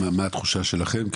מה התחושה שלכם?